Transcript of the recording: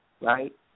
right